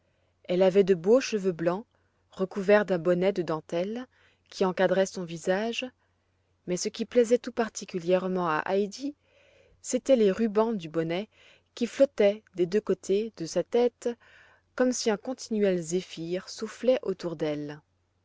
elle avait de beaux cheveux blancs recouverts d'un bonnet de dentelle qui encadrait son visage mais ce qui plaisait tout particulièrement à heidi c'étaient les rubans du bonnet qui flottaient des deux côtés de sa tête comme si un continuel zéphir soufflait autour d'elle